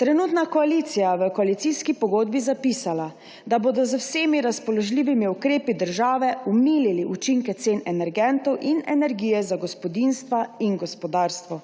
Trenutna koalicija je v koalicijski pogodbi zapisala, da bodo z vsemi razpoložljivimi ukrepi države umilili učinke cen energentov in energije za gospodinjstva in gospodarstvo.